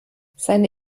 seine